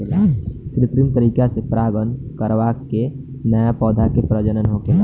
कृत्रिम तरीका से परागण करवा के न्या पौधा के प्रजनन होखता